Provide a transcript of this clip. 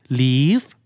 leave